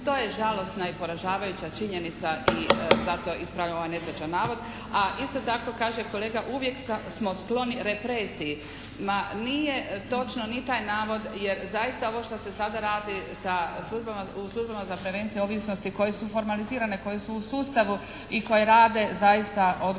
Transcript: To je žalosna i poražavajuća činjenica i zato ispravljam ovaj netočan navod, a isto tako kaže kolega uvijek smo skloni represiji. Ma nije točno ni taj navod jer zaista ovo što se sada radi sa službama, u službama za prevenciju ovisnosti koje su formalizirane, koje su u sustavu i koje rade zaista odgovorno